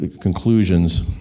conclusions